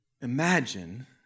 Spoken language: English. Imagine